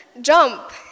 jump